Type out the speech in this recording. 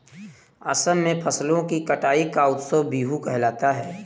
असम में फसलों की कटाई का उत्सव बीहू कहलाता है